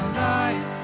life